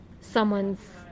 someone's